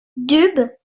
dub